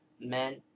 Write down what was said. men